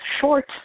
short